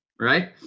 right